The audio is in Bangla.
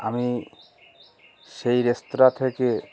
আমি সেই রেস্তোরাঁ থেকে